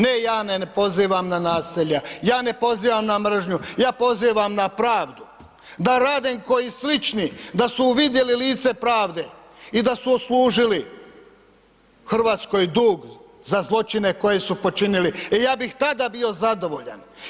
Ne, ja ne pozivam na nasilje, ja ne pozivam na mržnju, ja pozivam na pravdu, da Radenko i slični da su vidjeli lice pravde i da su odslužili Hrvatskoj dug za zločine koje su počinili, e ja bih tada bio zadovoljan.